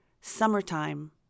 Summertime